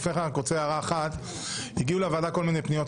לפני כן אני רוצה להעיר הערה: הגיעו לוועדה כל מיני פניות,